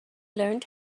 learned